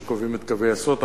שקובעים את קווי היסוד.